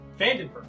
Vandenberg